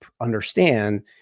understand